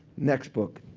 next book.